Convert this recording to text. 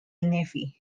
navy